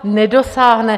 Nedosáhne.